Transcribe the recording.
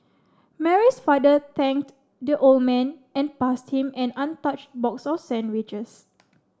Mary's father thanked the old man and passed him an untouched box of sandwiches